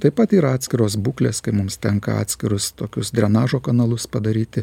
taip pat yra atskiros būklės kai mums tenka atskirus tokius drenažo kanalus padaryti